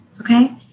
Okay